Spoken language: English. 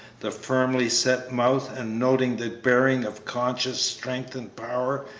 the firmly set mouth, and noting the bearing of conscious strength and power,